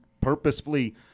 purposefully